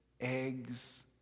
eggs